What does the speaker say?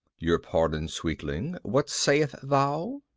your pardon, sweetling, what sayest thou?